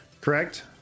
correct